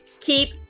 keep